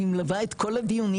אני מלווה את כל הדיונים,